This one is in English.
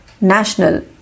National